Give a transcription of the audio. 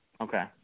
Okay